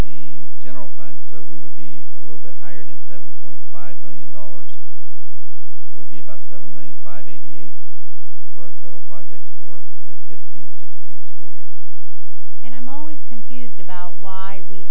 the general fund so we would be a little bit higher than seven point five million dollars it would be about seven million five eighty eight for a total projects for the fifteenth sixteenth and i'm always confused about why we